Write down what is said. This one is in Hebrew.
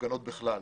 הפגנות בכלל.